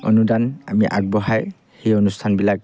অনুদান আমি আগবঢ়ায় সেই অনুষ্ঠানবিলাক